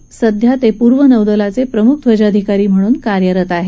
ते सध्या पूर्व नौदलाचे प्रमुख ध्वजाधिकारी म्हणून कार्यरत आहेत